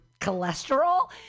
cholesterol